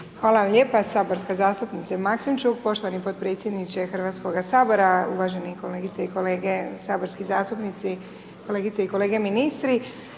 Hvala lijepo saborska zastupnice Maksimčuk, poštovani potpredsjedniče Hrvatskog sabora, uvažene kolegice i kolege saborski zastupnici, kolegice i kolege ministri.